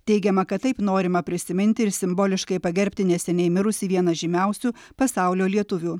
teigiama kad taip norima prisiminti ir simboliškai pagerbti neseniai mirusį vieną žymiausių pasaulio lietuvių